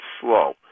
slow